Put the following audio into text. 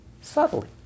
subtly